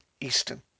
eastern